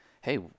hey